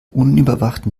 unüberwachten